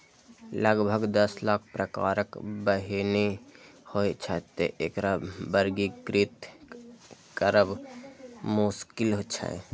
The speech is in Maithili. लगभग दस लाख प्रकारक बीहनि होइ छै, तें एकरा वर्गीकृत करब मोश्किल छै